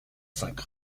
cinq